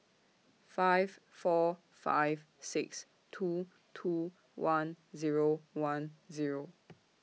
five four five six two two one Zero one Zero